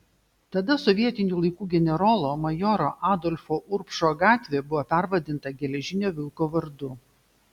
tada sovietinių laikų generolo majoro adolfo urbšo gatvė buvo pervadinta geležinio vilko vardu